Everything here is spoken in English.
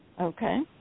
Okay